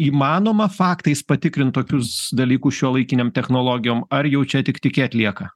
įmanoma faktais patikrint tokius dalykus šiuolaikinėm technologijom ar jau čia tik tikėt lieka